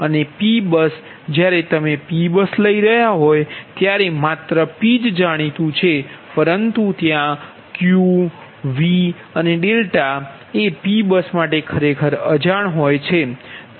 અને P bus જ્યારે તમે P બસ લઇ રહ્યા છો ત્યારે કે માત્ર P જાણીતુ છે પરંતુ તમારા Q V અને δ એ P બસ માટે ખરેખર અજ્ઞાત હોય છે